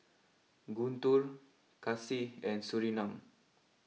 Guntur Kasih and Surinam